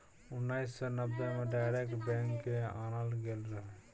उन्नैस सय नब्बे मे डायरेक्ट बैंक केँ आनल गेल रहय